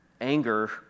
anger